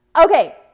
Okay